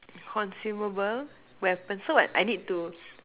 consumable weapon so what I need to